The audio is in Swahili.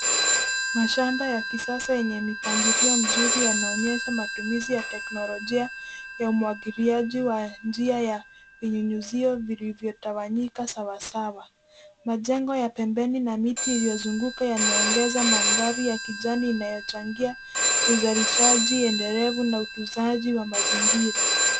Mashamba ya kisasa yenye mipangilio mzuri yanaonyesha matumizi ya teknolojia ya umwagiliaji wa njia ya vinyunyizio vilivyotawanyika sawasawa. Majengo ya pembeni na miti iliyozunguka yameongeza mandhari ya kijani inayochangia uzalishaji endelevu na utunzaji wa mazingira.